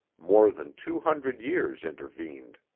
more than two hundred years intervened.